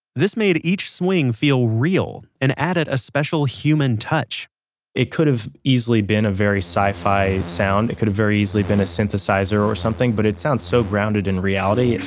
this made each swing feel real and added a special human touch it could have easily been a very sci-fi sound. it could have very easily been a synthesizer or something, but it sounds so grounded in reality.